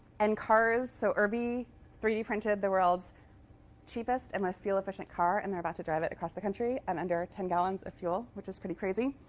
and cars. so urbee three d printed the world's cheapest and most fuel efficient car, and they're about to drive it across the country on and under ten gallons of fuel, which is pretty crazy.